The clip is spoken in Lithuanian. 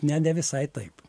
ne ne visai taip